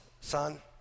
son